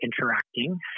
interacting